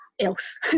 else